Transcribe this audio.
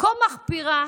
כה מחפירה,